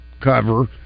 cover